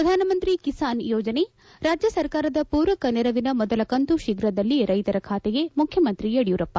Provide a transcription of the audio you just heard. ಪ್ರಧಾನಮಂತ್ರಿ ಕಿಸಾನ್ ಯೋಜನೆ ರಾಜ್ಯ ಸರ್ಕಾರದ ಪೂರಕ ನೆರವಿನ ಮೊದಲ ಕಂತು ಶೀಘದಲ್ಲೇ ರೈತರ ಖಾತೆಗೆ ಮುಖ್ಲಮಂತ್ರಿ ಯಡಿಯೂರಪ್ಪ